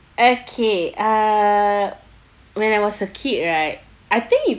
okay uh when I was a kid right I think